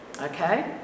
okay